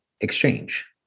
exchange